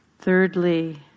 thirdly